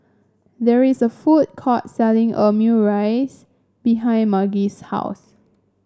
there is a food court selling Omurice behind Margy's house